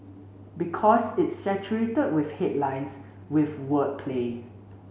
because it's saturated with headlines with wordplay